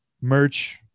Merch